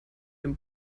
dem